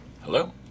Hello